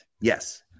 Yes